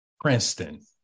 Princeton